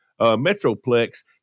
Metroplex